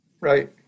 right